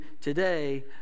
today